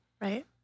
Right